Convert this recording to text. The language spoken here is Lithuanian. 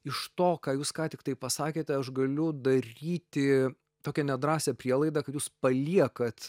iš to ką jūs ką tik tai pasakėte aš galiu daryti tokią nedrąsią prielaidą kad jūs paliekat